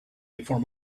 before